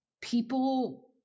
people